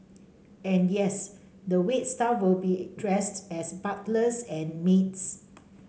and yes the wait staff will be dressed as butlers and maids